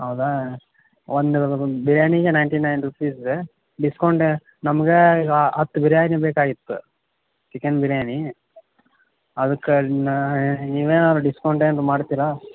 ಹೌದಾ ಒಂದು ಬಿರ್ಯಾನಿಗೆ ನೈಂಟಿ ನೈನ್ ರುಪೀಸ್ ಡಿಸ್ಕೌಂಟ ನಮ್ಗೆ ಈಗ ಹತ್ತು ಬಿರ್ಯಾನಿಯೇ ಬೇಕಾಗಿತ್ತು ಚಿಕನ್ ಬಿರ್ಯಾನಿ ಅದಕ್ಕೆ ನಾ ನೀವೇನಾದ್ರ್ ಡಿಸ್ಕೌಂಟ್ ಏನ್ರ ಮಾಡ್ತೀರಾ